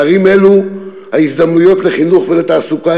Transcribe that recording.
בערים אלו ההזדמנויות לחינוך ולתעסוקה